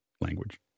language